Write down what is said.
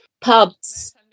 pubs